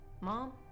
Mom